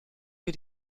wir